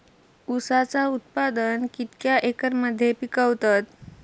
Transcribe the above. ऊसाचा उत्पादन कितक्या एकर मध्ये पिकवतत?